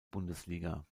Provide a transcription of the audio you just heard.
bundesliga